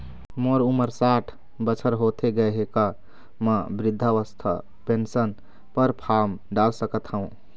मोर उमर साठ बछर होथे गए हे का म वृद्धावस्था पेंशन पर फार्म डाल सकत हंव?